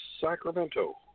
Sacramento